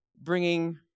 bringing